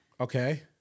Okay